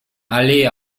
allee